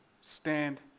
stand